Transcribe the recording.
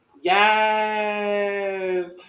Yes